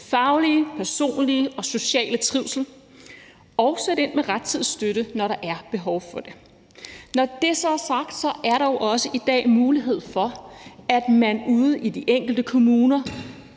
faglige, personlige og sociale trivsel og sætte ind med rettidig støtte, når der er behov for det. Når det så er sagt, er der jo også i dag mulighed for, at man ude i de enkelte kommuner